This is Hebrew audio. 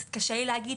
קצת קשה לי להגיד.